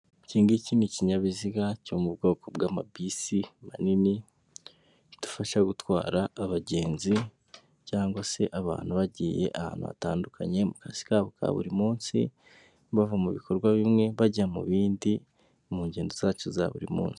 Iki ngiki ni ikinyabiziga cyo mu bwoko bw'amabisi manini, kidufasha gutwara abagenzi cyangwag se abantu bagiye ahantu hatandukanye mu kazi kabo ka buri munsi, bava mu bikorwa bimwe bajya mu bindi mu ngendo zacu za buri munsi.